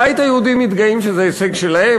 הבית היהודי מתגאים שזה הישג שלהם,